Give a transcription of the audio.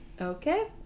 Okay